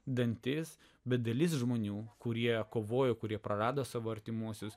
dantis bet dalis žmonių kurie kovojo kurie prarado savo artimuosius